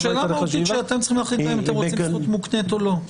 זו שאלה מהותית שאתם צריכים להחליט בה אם אתם רוצים זכות מוקנית או לא.